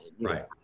right